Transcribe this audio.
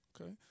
Okay